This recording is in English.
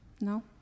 No